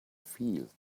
field